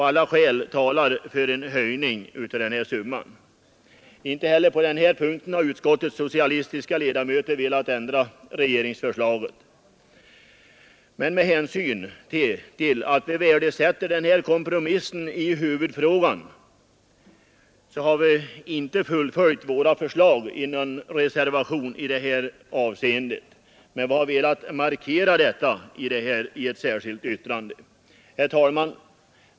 Alla skäl talar härför, men inte heller på den punkten har utskottets socialistiska ledamöter velat ändra regeringsförslaget. Med hänsyn till att vi värdesätter kompromissen i huvudfrågan har vi inte följt upp våra förslag i någon reservation, men vi har velat markera vår inställning i ett särskilt yttrande. Herr talman!